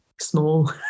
small